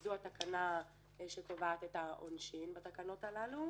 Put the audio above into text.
שזו התקנה שקובעת את העונשין בתקנות הללו,